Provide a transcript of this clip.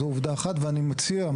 זו עובדה אחת ואני מציע,